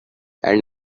and